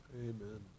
Amen